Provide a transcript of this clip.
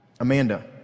Amanda